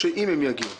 או שאם הם יגיעו?